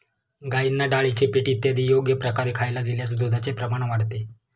गाईंना डाळीचे पीठ इत्यादी योग्य प्रकारे खायला दिल्यास दुधाचे प्रमाण वाढते